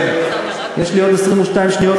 יש לי עוד 22 שניות,